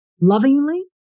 lovingly